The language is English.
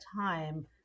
time